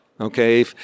okay